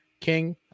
King